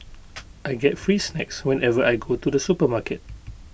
I get free snacks whenever I go to the supermarket